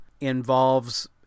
involves